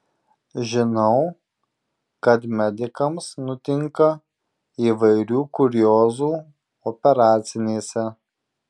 žinau kad medikams nutinka įvairių kuriozų operacinėse